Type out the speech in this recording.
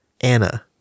Anna